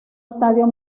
estadio